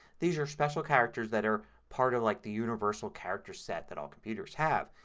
these are special characters that are part of like the universal character set that all computers have.